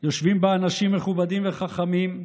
יושבים בה אנשים מכובדים וחכמים,